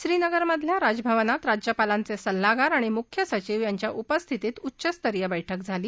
श्रीनगरमधल्या राजभवनात राज्यपालांचसिल्लागार आणि मुख्य सचिव यांच्या उपस्थितीत उच्चस्तरीय बैठक झाली